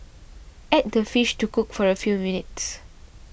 add the fish to cook for a few minutes